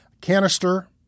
canister